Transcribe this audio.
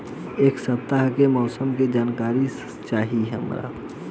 एक सपताह के मौसम के जनाकरी चाही हमरा